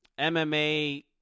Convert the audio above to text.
mma